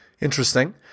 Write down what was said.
Interesting